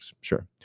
sure